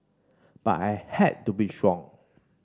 but I had to be strong